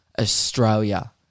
Australia